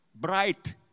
Bright